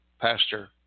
Pastor